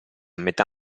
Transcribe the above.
metà